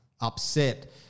upset